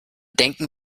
denken